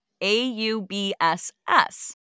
A-U-B-S-S